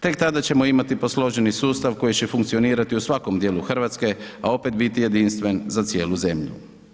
Tek tada ćemo imati posloženi sustav koji će funkcionirati u svakom dijelu Hrvatske a opet biti jedinstven za cijelu zemlju.